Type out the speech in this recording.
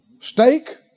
steak